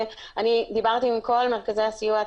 דיברתי עם כל מרכזי הסיוע.